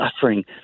suffering